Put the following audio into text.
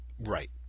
Right